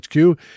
HQ